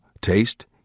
taste